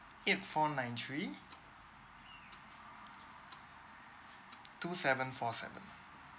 eight four nine three two seven four seven